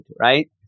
right